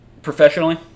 Professionally